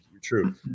true